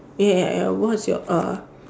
ya ya ya what's your uh